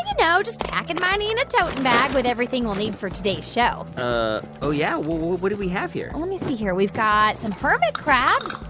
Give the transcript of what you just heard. ah know, just packing my nina toten-bag with everything we'll need for today's show oh, yeah. well, what do we have here? well, let me see here. we've got some hermit crabs.